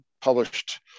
published